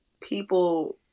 people